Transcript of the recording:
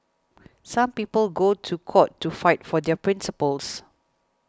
some people go to court to fight for their principles